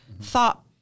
thought